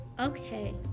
Okay